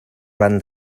van